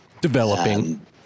developing